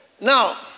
Now